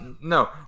No